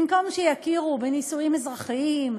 במקום שיכירו בנישואים אזרחיים,